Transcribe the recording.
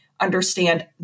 understand